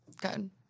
Good